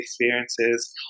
experiences